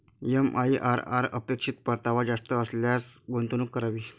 MIRR अपेक्षित परतावा जास्त असल्यास गुंतवणूक करावी